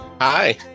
Hi